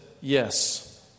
yes